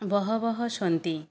बहवः सन्ति